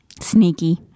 sneaky